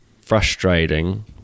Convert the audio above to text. frustrating